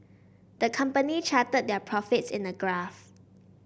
the company charted their profits in a graph